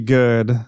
good